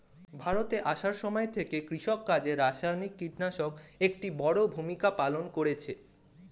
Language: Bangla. ভারতে আসার সময় থেকে কৃষিকাজে রাসায়নিক কিটনাশক একটি বড়ো ভূমিকা পালন করেছে